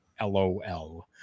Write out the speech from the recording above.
LOL